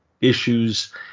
issues